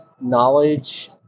knowledge